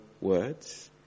words